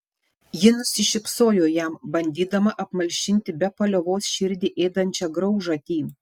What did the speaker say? ji nusišypsojo jam bandydama apmalšinti be paliovos širdį ėdančią graužatį